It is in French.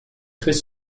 très